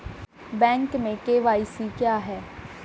Bank में KYC क्या है?